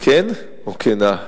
כן או כנה?